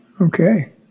Okay